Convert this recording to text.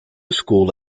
school